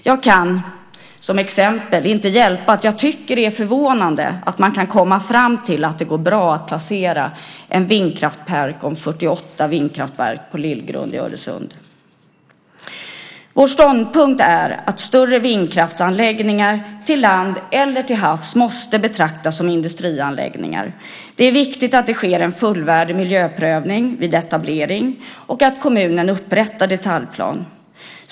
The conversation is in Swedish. Jag kan som exempel inte hjälpa att jag tycker att det är förvånande att man kan komma fram till att det går bra att placera en vindkraftspark om 48 vindkraftverk på Lillgrund i Öresund. Vår ståndpunkt är att större vindkraftsanläggningar på land eller till havs måste betraktas som industrianläggningar. Det är viktigt att det sker en fullvärdig miljöprövning vid etablering och att kommunen upprättar detaljplan.